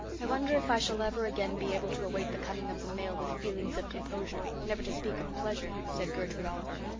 i wonder if i shall ever again be able to await the coming of the mail with feelings of composure never to speak of pleasure, said gertrude oliver.